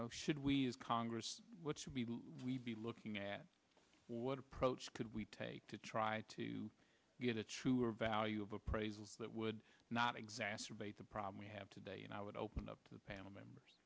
know should we as congress should be we be looking at what approach could we take to try to get a truer value of appraisal that would not exacerbate the problem we have today and i would open up the panel members